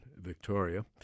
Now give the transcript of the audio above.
Victoria